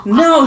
no